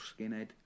skinhead